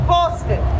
Boston